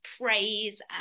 praise